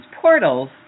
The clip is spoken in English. portals